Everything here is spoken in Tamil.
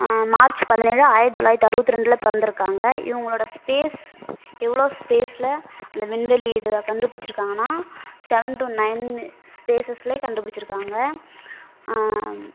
மார்ச் பதினேழு ஆயிரத் தொள்ளாயிரத்து அறுபத்தி ரெண்டில் பிறந்துருக்காங்க இவங்களோட ஸ்பேஸ் இவ்வளோ ஸ்பேஸில் அந்த விண்வெளி இதுவை கண்டுபிடிச்சுருக்காங்கன்னா செவன் டூ நைன்னு ஸ்பேஸஸ்ல கண்டுபிடிச்சுருக்காங்க